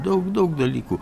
daug daug dalykų